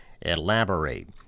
elaborate